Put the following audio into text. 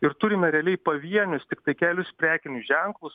ir turime realiai pavienius tiktai kelis prekinius ženklus